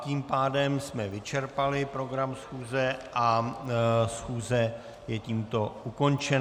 Tím pádem jsme vyčerpali program této schůze a schůze je tímto ukončena.